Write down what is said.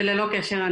וללא קשר,